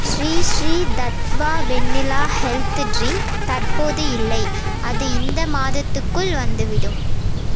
Sri Sri Tattva vanilla health drink தற்போது இல்லை அது இந்த மாதத்துக்குள் வந்துவிடும்